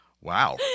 Wow